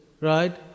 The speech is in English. right